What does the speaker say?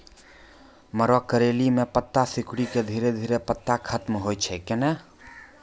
मरो करैली म पत्ता सिकुड़ी के धीरे धीरे पत्ता खत्म होय छै कैनै?